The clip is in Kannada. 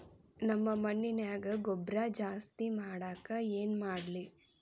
ನಮ್ಮ ಮಣ್ಣಿನ್ಯಾಗ ಗೊಬ್ರಾ ಜಾಸ್ತಿ ಮಾಡಾಕ ಏನ್ ಮಾಡ್ಲಿ?